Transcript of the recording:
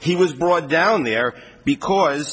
he was brought down there because